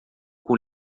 com